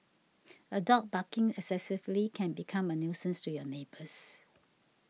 a dog barking excessively can become a nuisance to your neighbours